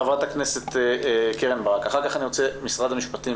חברת הכנסת קרן ברק ואחר כך משרד המשפטים.